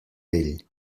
ell